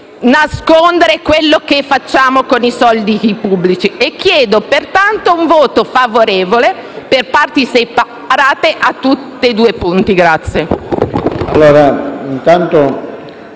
nascondere quello che facciamo con i soldi pubblici. Chiedo pertanto un voto favorevole per parti separate sui due punti.